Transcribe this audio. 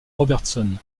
robertson